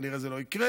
כנראה זה לא יקרה,